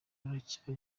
ruracyari